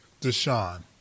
Deshaun